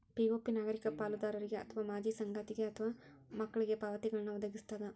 PPO ನಾಗರಿಕ ಪಾಲುದಾರರಿಗೆ ಅಥವಾ ಮಾಜಿ ಸಂಗಾತಿಗೆ ಅಥವಾ ಮಕ್ಳಿಗೆ ಪಾವತಿಗಳ್ನ್ ವದಗಿಸ್ತದ